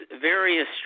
various